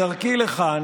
בדרכי לכאן